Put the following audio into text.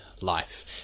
life